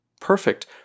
Perfect